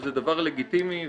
וזה דבר לגיטימי ומקובל.